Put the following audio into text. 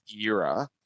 era